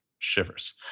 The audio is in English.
shivers